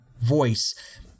voice